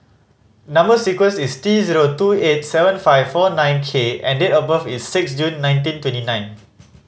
number sequence is T zero two eight seven five four nine K and date of birth is six June nineteen twenty nine